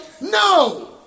No